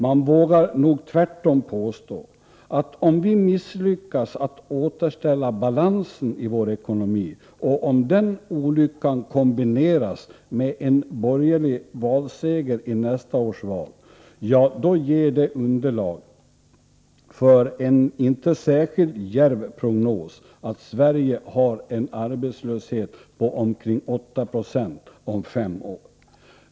Man vågar nog tvärtom påstå, att om vi misslyckas att återställa balansen i vår ekonomi och om den olyckan kombineras med en borgerlig valseger i nästa års val, ja, då ger det underlag för en inte särskilt djärv prognos att Sverige har en arbetslöshet på omkring 8 26 om fem år!